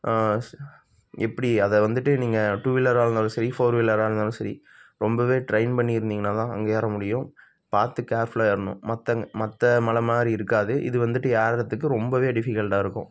எப்படி அதை வந்துட்டு நீங்கள் டூ வீலராக இருந்தாலும் சரி ஃபோர் வீலராக இருந்தாலும் சரி ரொம்பவே ட்ரெயின் பண்ணியிருந்தீங்கனால் தான் அங்கே ஏற முடியும் பார்த்து கேர்ஃபுல்லாக ஏறணும் மற்றங்க மற்ற மலை மாதிரி இருக்காது இது வந்துட்டு ஏர்றதுக்கு ரொம்பவே டிஃபிகல்ட்டாக இருக்கும்